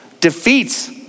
defeats